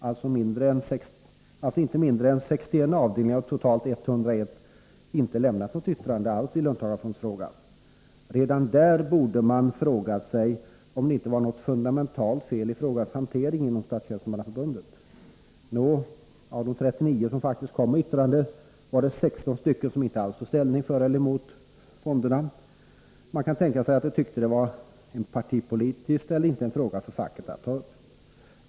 Alltså hade inte mindre än 62 avdelningar av totalt 101 inte lämnat något yttrande alls i löntagarfondsfrågan. Redan här borde man ha frågat sig, om det inte var något fundamentalt fel i frågans hantering inom Statstjänstemannaförbundet. Nå, av de 39 som faktiskt hade kommit med yttrande var det 16 stycken som inte alls tog ställning för eller emot löntagarfonder. Man kan tänka sig att de tyckte att det var en partipolitisk fråga och inte en fråga för facket att ta upp.